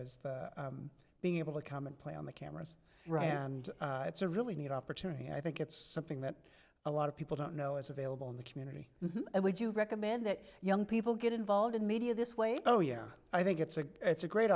is being able to come and play on the cameras and it's a really neat opportunity i think it's something that a lot of people don't know is available in the community and would you recommend that young people get involved in media this way oh yeah i think it's a it's a great